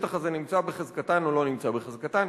שהשטח הזה נמצא בחזקתן או לא נמצא בחזקתן.